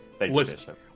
Listen